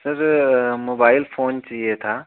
sir mobile phone चाहिए था